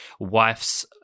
wife's